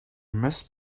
must